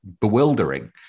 bewildering